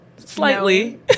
slightly